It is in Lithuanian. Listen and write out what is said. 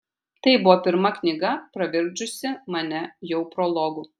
tai buvo pirma knyga pravirkdžiusi mane jau prologu